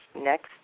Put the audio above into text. next